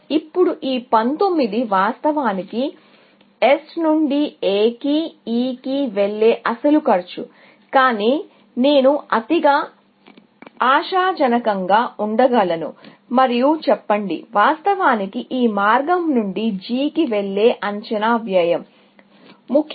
ఇప్పుడు ఈ 19 వాస్తవానికి S నుండి A కి E కి వెళ్ళే అసలు కాస్ట్ కానీ నేను అతిగా ఆశాజనకంగా ఉండగలను మరియు చెప్పండి వాస్తవానికి ఈ మార్గం నుండి G కి వెళ్ళే అంచనా వ్యయం ముఖ్యంగా